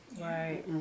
Right